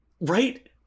Right